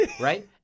Right